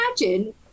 imagine